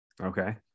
okay